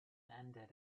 ended